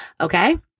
Okay